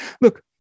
Look